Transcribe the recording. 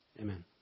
Amen